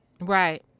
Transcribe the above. Right